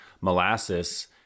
molasses